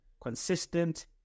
consistent